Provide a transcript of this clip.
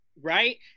Right